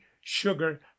sugar